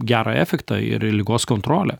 gerą efektą ir ligos kontrolę